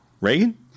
Reagan